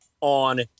on